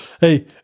Hey